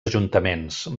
ajuntaments